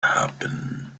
happen